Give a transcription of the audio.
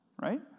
right